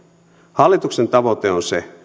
hallituksen tavoite on se